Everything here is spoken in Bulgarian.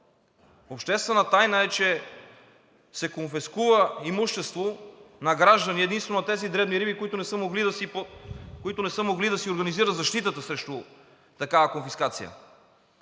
Обществена тайна е, че се конфискува имущество на граждани, единствено на тези дребни риби, които не са могли да си организират защитата срещу такава конфискация.